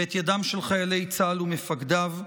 ואת ידם של חיילי צה"ל ומפקדיו.